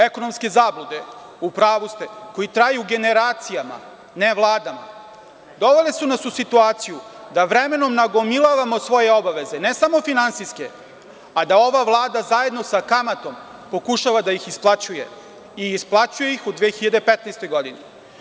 Ekonomske zablude, u pravu ste, koje traju generacijama, ne Vladama, dovele su nas u situaciju da vremenom nagomilavamo svoje obaveze, ne samo finansijske, a da ova Vlada zajedno sa kamatom pokušava da ih isplaćuje, i isplaćuje ih u 2015. godini.